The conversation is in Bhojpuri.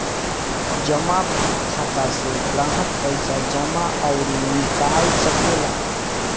जमा खाता से ग्राहक पईसा जमा अउरी निकाल सकेला